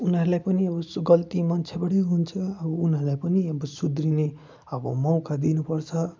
उनीहरूलाई पनि उस् गल्ती मान्छेबाटै हुन्छ अब उनीहरूलाई पनि अब सुध्रिने अब मौका दिनुपर्छ